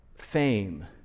Fame